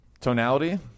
Tonality